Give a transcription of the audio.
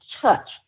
touch